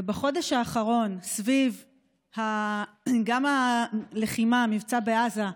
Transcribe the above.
ובחודש האחרון, גם סביב הלחימה, המבצע בעזה,